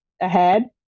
ahead